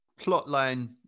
plotline